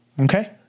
Okay